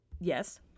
yes